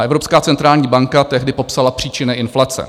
Evropská centrální banka tehdy popsala příčiny inflace.